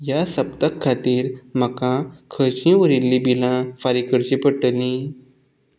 ह्या सप्तक खातीर म्हाका खंयचीं उरिल्लीं बिलां फारीक करचीं पडटलीं